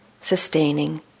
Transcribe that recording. sustaining